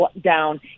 down